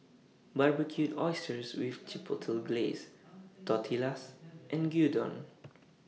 Barbecued Oysters with Chipotle Glaze Tortillas and Gyudon